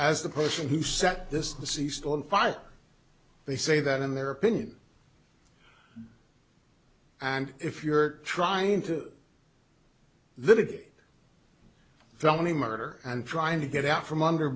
as the person who said this the ceased on fire they say that in their opinion and if you're trying to they did felony murder and trying to get out from under